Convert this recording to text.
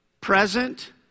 present